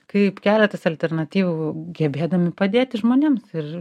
kaip keletas alternatyvų gebėdami padėti žmonėms ir